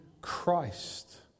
Christ